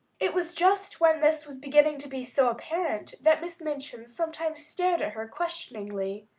it was just when this was beginning to be so apparent that miss minchin sometimes stared at her questioningly,